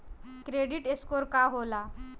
Credit score का होला?